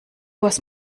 was